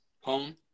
home